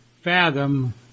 fathom